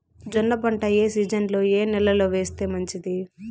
జొన్న పంట ఏ సీజన్లో, ఏ నెల లో వేస్తే మంచిది?